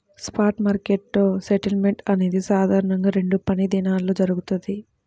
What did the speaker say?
spot మార్కెట్లో settlement అనేది సాధారణంగా రెండు పనిదినాల్లో జరుగుతది,